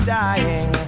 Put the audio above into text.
dying